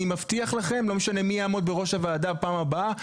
אני מבטיח לכם: לא משנה מי יעמוד בראש הוועדה בפעם הבאה,